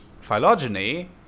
phylogeny